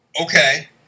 Okay